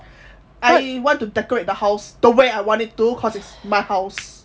I want to decorate the house the way I want it to cause it's my house